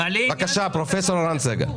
בבקשה, פרופ' ערן סגל.